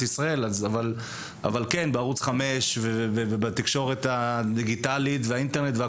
ישראל אבל כן בערוץ 5 ובתקשורת הדיגיטלית ובאינטרנט.